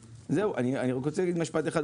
לסיום דבריי אני רוצה לומר משפט אחד.